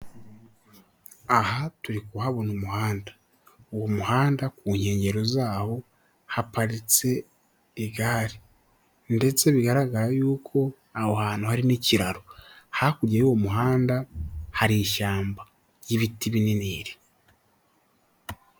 Aha turi kuhabona umuhanda, uwo muhanda ku nkengero zawo haparitse igare ndetse bigaragara yuko aho hantu hari n'ikiraro, hakurya y'uwo muhanda hari ishyamba ry'ibiti binini.